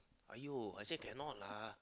!aiyo! I say cannot lah